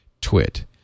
twit